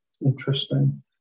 Interesting